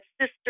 Sister